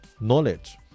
knowledge